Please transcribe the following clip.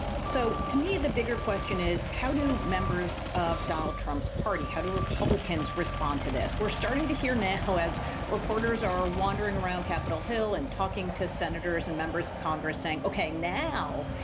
so, to me, the bigger question is, how do members of donald trump's party, how do republicans respond to this? we are starting to hear now, as reporters are wandering around capitol hill and talking to senators and members of congress, saying, ok, now,